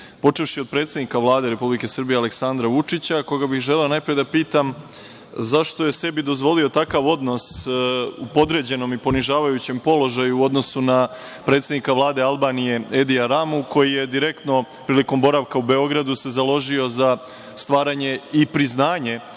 Srbije. Počevši od predsednika Vlade Republike Srbije Aleksandra Vučića, koga bih želeo da pitam – zašto je sebi dozvolio takav odnos u podređenom i ponižavajućem položaju u odnosu na predsednika Vlade Albanije Edija Ramu, koji se direktno, prilikom boravka u Beogradu, založio za stvaranje i priznanje